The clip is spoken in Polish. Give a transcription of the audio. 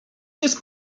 jest